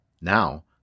Now